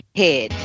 head